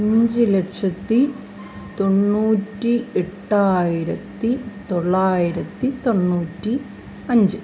അഞ്ച് ലക്ഷത്തി തൊണ്ണൂറ്റി എട്ടായിരത്തി തൊള്ളായിരത്തി തൊണ്ണൂറ്റി അഞ്ച്